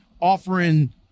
offering